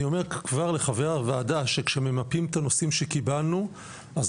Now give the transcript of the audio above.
אני אומר כבר לחברי הוועדה שכשממפים את הנושאים שקיבלנו אז